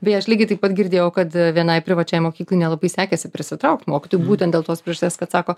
beje aš lygiai taip pat girdėjau kad a vienai privačiai mokyklai nelabai sekėsi prisitraukt mokytojų būtent dėl tos priežasties kad sako